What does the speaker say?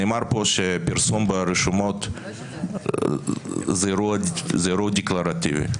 נאמר פה שפרסום ברשומות זה אירוע דקלרטיבי.